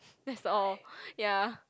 that's all ya